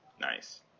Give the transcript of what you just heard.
Nice